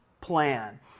plan